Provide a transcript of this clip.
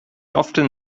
often